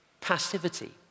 passivity